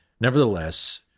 nevertheless